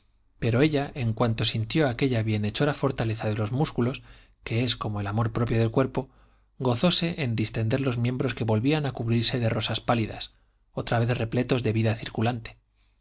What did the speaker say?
pero ella en cuanto sintió aquella bienhechora fortaleza de los músculos que es como el amor propio del cuerpo gozose en distender los miembros que volvían a cubrirse de rosas pálidas otra vez repletos de vida circulante